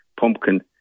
pumpkin